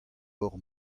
hor